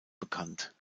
bekannt